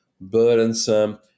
burdensome